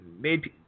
made